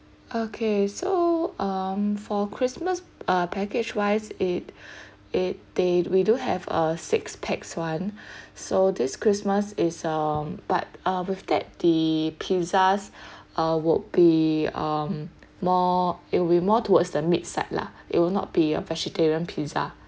okay so um for christmas uh package wise it it they we do have a six pax [one] so this christmas is um but uh with that the pizzas uh would be um more it will more towards the meat side lah it will not be a vegetarian pizza